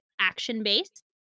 action-based